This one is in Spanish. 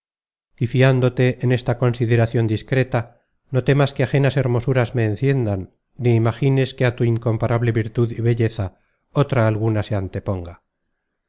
fiándote en esta consideracion discreta no temas que vajenas hermosuras me enciendan ni imagines que á tu in comparable virtud y belleza otra alguna se anteponga